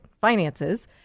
finances